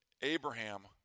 Abraham